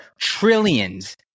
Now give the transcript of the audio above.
trillions